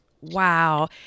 Wow